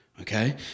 Okay